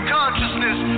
consciousness